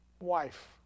wife